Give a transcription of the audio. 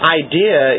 idea